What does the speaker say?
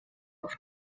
auf